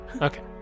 Okay